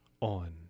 on